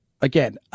Again